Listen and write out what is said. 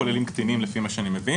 לפי מה שאני מבין